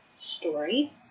story